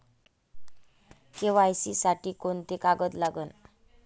KYC साठी कोंते कागद लागन?